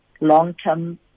long-term